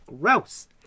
Gross